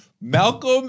Malcolm